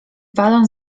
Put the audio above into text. balon